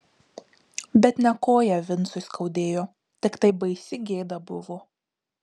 bet ne koją vincui skaudėjo tiktai baisi gėda buvo